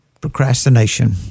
procrastination